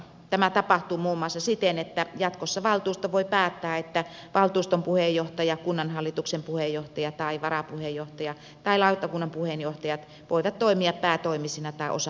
tämä tapahtuu muun muassa siten että jatkossa valtuusto voi päättää että valtuuston puheenjohtaja kunnanhallituksen puheenjohtaja tai varapuheenjohtaja tai lautakunnan puheenjohtajat voivat toimia päätoimisina tai osa aikaisina luottamushenkilöinä